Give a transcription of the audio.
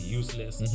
useless